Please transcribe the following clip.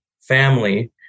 family